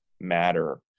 matter